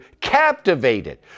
captivated